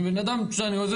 אני בן אדם שעוזר,